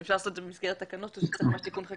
אם אפשר לעשות את זה במסגרת התקנות או שנדרש תיקון חקיקה.